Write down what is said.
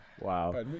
Wow